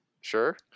sure